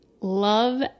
love